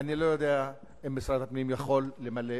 אני לא יודע אם משרד הפנים יוכל למלא